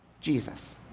Jesus